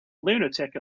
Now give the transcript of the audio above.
lunatic